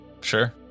Sure